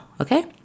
okay